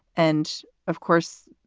and of course,